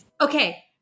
Okay